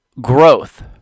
growth